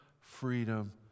freedom